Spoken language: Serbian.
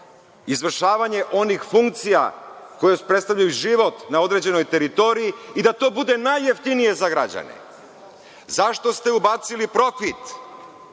izvršavanje onih funkcija koje predstavljaju život na određenoj teritoriji i da to bude najjeftinije za građane.Zašto ste ubacili profit?